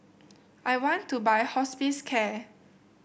I want to buy Hospicare